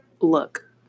look